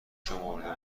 شمرده